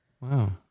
Wow